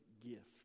gift